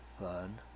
fun